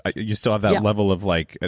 ah you still have that level of like, ah